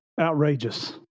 Outrageous